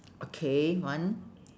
okay one